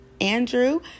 Andrew